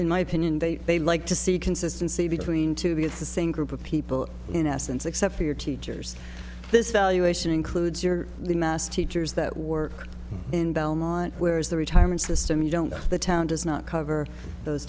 in my opinion they they like to see consistency between two b it's the same group of people in essence except for your teachers this valuation includes you're the mass teachers that work in belmont where is the retirement system you don't get the town does not cover those